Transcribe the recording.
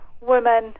women